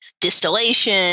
distillation